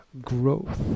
growth